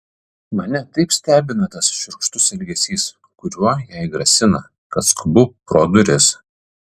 mane taip stebina tas šiurkštus elgesys kuriuo jai grasina kad skubu pro duris